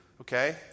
okay